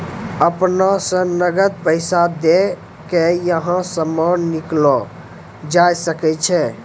अपना स नकद पैसा दै क यहां सामान कीनलो जा सकय छै